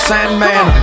Sandman